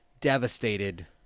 devastated